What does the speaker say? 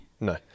no